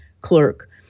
clerk